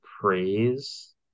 praise